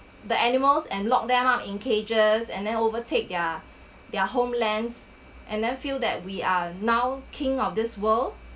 the animals and lock them up in cages and then overtake their their homelands and then feel that we are now king of this world